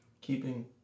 keeping